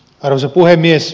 arvoisa puhemies